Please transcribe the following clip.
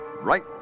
right